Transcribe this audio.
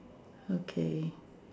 okay